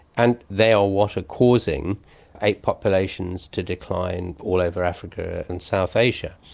and they are what are causing ape populations to decline all over africa and south asia.